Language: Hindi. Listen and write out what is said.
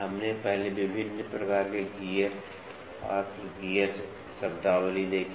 हमने पहले विभिन्न प्रकार के गियर और फिर गियर शब्दावली देखी